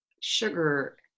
sugar